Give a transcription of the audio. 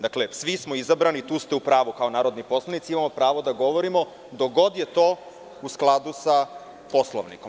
Dakle, svi smo izabrani i tu ste u pravu kao narodni poslanici i imamo pravo da govorimo, dokle god je to u skladu sa Poslovnikom.